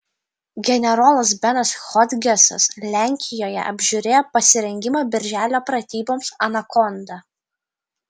generolas benas hodgesas lenkijoje apžiūrėjo pasirengimą birželio pratyboms anakonda